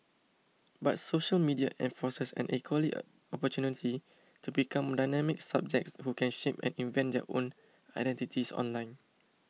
but social media enforces an equal opportunity to become dynamic subjects who can shape and invent their own identities online